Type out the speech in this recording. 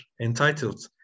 entitled